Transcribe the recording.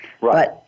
Right